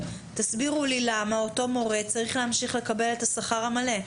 תסבירו לי למה אותו מורה צריך להמשיך לקבל את השכר המלא?